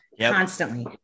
Constantly